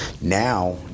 now